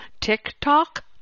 TikTok